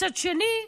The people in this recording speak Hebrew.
מצד שני,